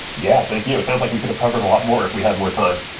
yeah, thank you. it sounds like we could've covered a lot more if we had more time.